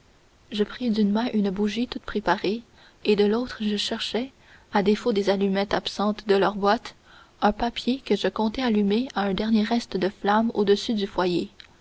je pris d'une main une bougie toute préparée et de l'autre je cherchai à défaut des allumettes absentes de leur boîte un papier que je comptais allumer à un dernier reste de flamme au-dessus du foyer